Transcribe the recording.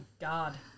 God